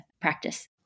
practice